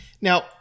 Now